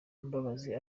mbabazi